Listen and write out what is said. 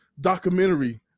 documentary